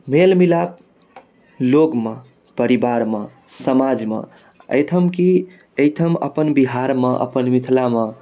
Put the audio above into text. मेल मिलाप लोग मऽ परिवार मऽ समाज मऽ एहिठाम की एहिठाम अपन बिहार मऽ अपन मिथिला मऽ